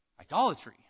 idolatry